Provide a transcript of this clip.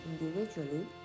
individually